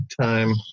time